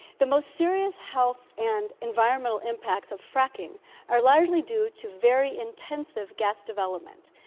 the most serious health and environmental impacts of fracking are largely due to very intensive gas development.